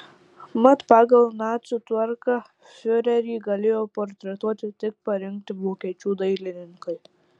mat pagal nacių tvarką fiurerį galėjo portretuoti tik parinkti vokiečių dailininkai